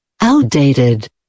Outdated